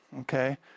Okay